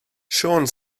siôn